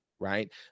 right